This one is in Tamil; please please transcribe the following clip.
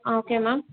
ah okay ma'am